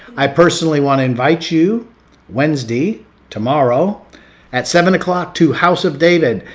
i personally want to invite you wednesday tomorrow at seven o'clock to house of david.